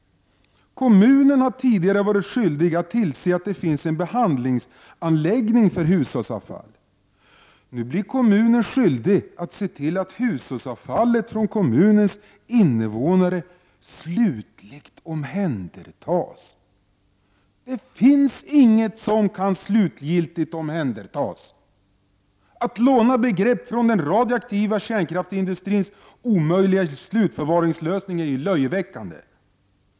Kommunen har tidigare varit skyldig att tillse att det finns en behandlingsanläggning för hushållsavfall. Nu blir kommunen skyldig att se till att hushållsavfallet från kommunens invånare ”slutligt omhändertas”. Det finns inget som kan slutgiltigt omhändertas. Att låna begrepp från den radioaktiva kärnkraftsindustrins omöjliga slutförvaringslösning är löjeväckande.